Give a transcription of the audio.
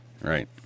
Right